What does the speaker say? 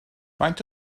faint